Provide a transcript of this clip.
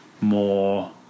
more